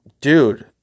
dude